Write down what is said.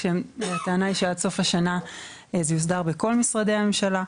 כשהטענה היא שעד סוף השנה זה יוסדר בכל משרדי הממשלה.